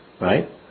right